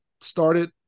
started